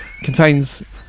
contains